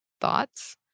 thoughts